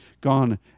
gone